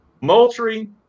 Moultrie